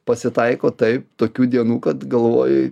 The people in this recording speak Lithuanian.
pasitaiko taip tokių dienų kad galvoji